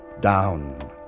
Down